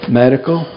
medical